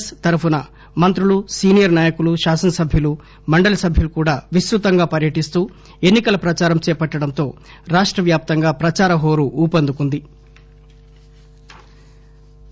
yes తరఫున మంత్రులు senior నాయకులు శాసనసభ్యులు మండలి సభ్యులు కూడా విస్తృతంగా పర్యటిస్తూ ఎన్ని కల ప్రదారం చేపట్టడంతో రాష్ట వ్యాప్తంగా ప్రదార హోరు ఊపందుకుంది